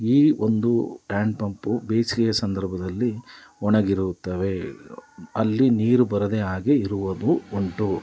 ಈ ಒಂದು hand pump ಬೇಸಿಗೆಯ ಸಂದರ್ಭದಲ್ಲಿ ಒಣಗಿರುತ್ತವೆ ಅಲ್ಲಿ ನೀರು ಬರದೇ ಹಾಗೇ ಇರುವುದು ಉಂಟು